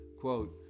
Quote